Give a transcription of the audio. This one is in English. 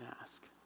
ask